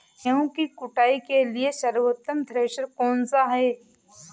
गेहूँ की कुटाई के लिए सर्वोत्तम थ्रेसर कौनसा है?